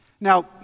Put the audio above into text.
Now